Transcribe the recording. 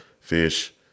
fish